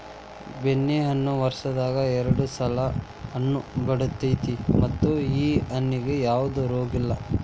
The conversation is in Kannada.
ಬೆಣ್ಣೆಹಣ್ಣ ವರ್ಷದಾಗ ಎರ್ಡ್ ಸಲಾ ಹಣ್ಣ ಬಿಡತೈತಿ ಮತ್ತ ಈ ಹಣ್ಣಿಗೆ ಯಾವ್ದ ರೋಗಿಲ್ಲ